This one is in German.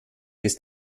ist